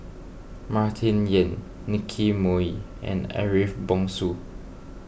Martin Yan Nicky Moey and Ariff Bongso